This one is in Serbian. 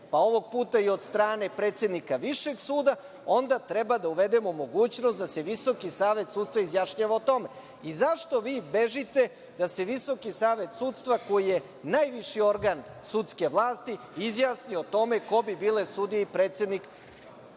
pa ovog puta i od strane predsednika Višeg suda, onda treba da uvedemo mogućnost da se Visoki savet sudstva izjašnjava o tome. I zašto vi bežite da se Visoki savet sudstva, koji je najviši organ sudske vlasti, izjasni o tome ko bi bile sudije i predsednik